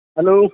Hello